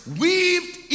weaved